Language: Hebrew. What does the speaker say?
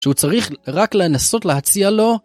שהוא צריך רק לנסות להציע לו